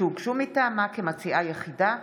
שהוגשו מטעמה כמציעה יחידה,